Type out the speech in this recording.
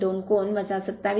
2 कोन 27